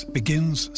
begins